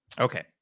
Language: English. Okay